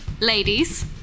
Ladies